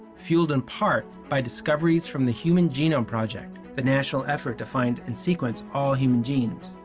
fueled in part by discoveries from the human genome project, the national effort to find and sequence all human genes.